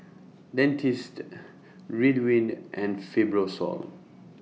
Dentiste Ridwind and Fibrosol